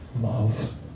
love